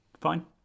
Fine